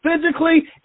physically